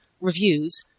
reviews